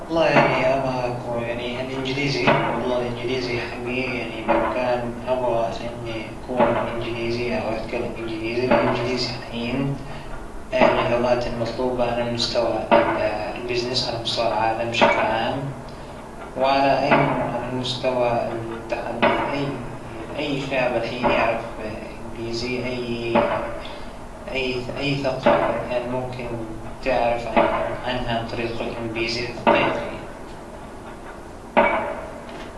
أنا جداً جداً أحب اللغة الإيطالية، و اتمنى أنى أتقنها وأمارسها، واا- لأنه من أحلامى أصلا إنى أسافر عإيطاليا وأشوفها، بزورها بعيش فيها فترة من الزمن، ما أظن أن هاذى الشغلة راح تتم إلا باللغة الإيطالية، وأنا أشتغل على هاى القصة هالحين.